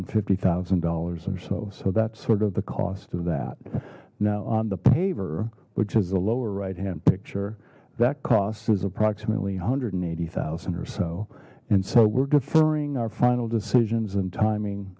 and fifty thousand dollars or so so that's sort of the cost of that now on the paver which is the lower right hand picture that costs is approximately one hundred and eighty zero or so and so we're deferring our final decisions and timing